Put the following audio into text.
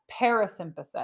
parasympathetic